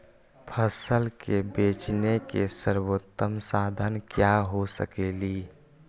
फसल के बेचने के सरबोतम साधन क्या हो सकेली?